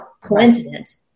coincidence